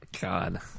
God